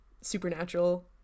supernatural